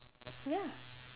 ya